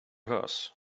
hers